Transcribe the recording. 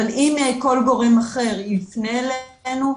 אבל אם כל גורם אחר יפנה אלינו,